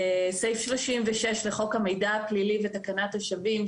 סעיף 36 לחוק המידע הפלילי ותקנת השבים,